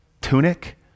tunic